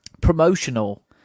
promotional